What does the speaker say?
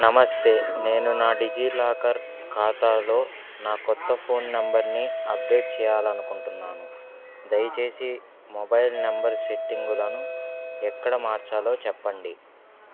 నమస్తే నేను నా డిజిలాకర్ ఖాతాలో నా కొత్త ఫోన్ నంబర్ని అప్డేట్ చేయాలి అనుకుంటున్నాను దయచేసి మొబైల్ నెంబర్ సెట్టింగ్లను ఎక్కడ మార్చాలో చెప్పండి